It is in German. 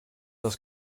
das